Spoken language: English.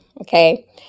okay